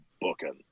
booking